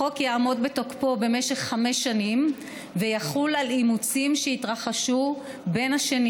החוק יעמוד בתוקפו במשך חמש שנים ויחול על אימוצים שהתרחשו בין השנים